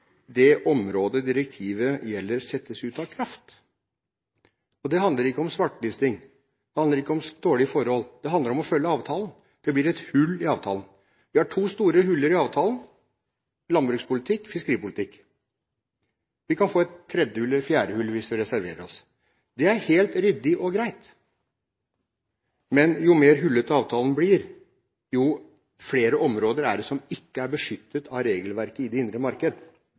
det området direktivet gjelder, settes ut av kraft. Det handler ikke om svartelisting, og det handler ikke om dårlig forhold. Det handler om å følge avtalen. Det blir et hull i avtalen. Vi har to store hull i avtalen: landbrukspolitikk og fiskeripolitikk. Vi kan få et tredje eller fjerde hull hvis vi reserverer oss. Det er helt ryddig og greit. Men jo mer hullete avtalen blir, jo flere områder er det som ikke er beskyttet av regelverket i det indre marked.